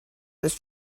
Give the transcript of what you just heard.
this